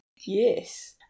Yes